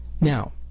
now